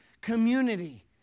community